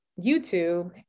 YouTube